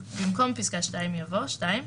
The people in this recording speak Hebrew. במקום פסקה (2) יבוא: "(2)